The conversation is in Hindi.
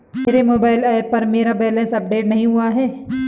मेरे मोबाइल ऐप पर मेरा बैलेंस अपडेट नहीं हुआ है